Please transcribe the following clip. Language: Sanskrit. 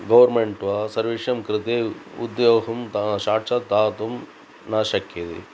गोर्मेन्ट् वा सर्वेषां कृते उद्योगं दा शाक्षाद्दातुं न शक्यते